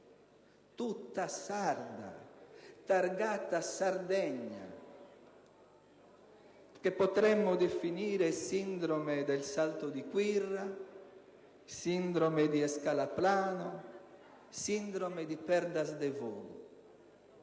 sarda, targata Sardegna, che potremmo definire sindrome del Salto di Quirra, sindrome di Escalaplano, sindrome di Perdasdefogu.